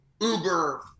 Uber